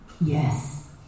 Yes